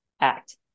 act